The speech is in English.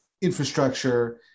infrastructure